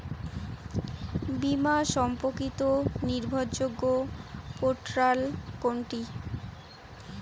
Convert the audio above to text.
বীমা সম্পর্কিত নির্ভরযোগ্য পোর্টাল কোনটি?